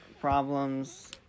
problems